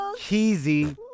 Cheesy